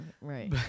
Right